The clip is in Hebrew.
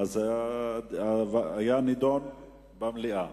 זה היה נדון במליאה.